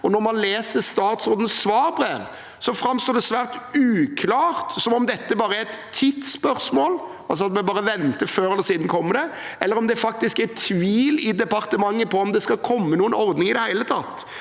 Når man leser statsrådens svarbrev, framstår det svært uklart om det bare er et tidsspørsmål – altså at vi bare må vente, for før eller siden kommer det – eller om det faktisk er tvil i departementet om hvorvidt det skal komme noen ordning i det hele tatt.